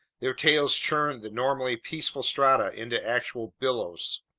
their tails churned the normally peaceful strata into actual billows.